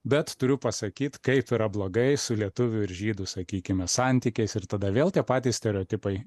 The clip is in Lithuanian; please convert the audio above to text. bet turiu pasakyt kaip yra blogai su lietuvių ir žydų sakykime santykiais ir tada vėl tie patys stereotipai